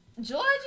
Georgia